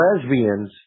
lesbians